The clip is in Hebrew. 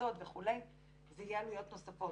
מחיצות וכו', זה יהיה עלויות נוספות.